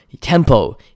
tempo